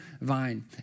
vine